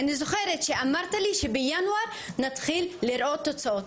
אני זוכרת שאמרת לי שבינואר נתחיל לראות תוצאות.